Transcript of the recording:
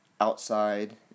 outside